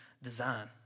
Design